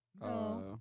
No